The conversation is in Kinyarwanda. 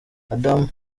adam